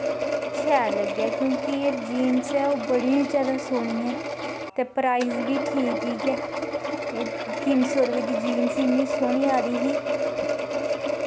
ते बड़ा गै शैल लग्गेआ क्योंकि ओह् जेह्ड़ी जीन्स ऐ ओह् बड़ी गै शैल ऐ ते प्राईस बी ठीक गै ऐ ओह् तिन्न सौ दी जीन्स इन्नी सोह्नी आई दी ऐ